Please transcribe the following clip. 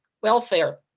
welfare